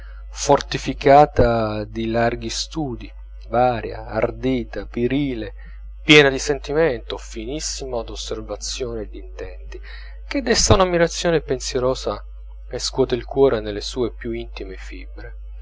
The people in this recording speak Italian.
fortificata di larghi studi varia ardita virile piena di sentimento finissima d'osservazione e d'intenti che desta un'ammirazione pensierosa e scuote il cuore nelle sue più intime fibre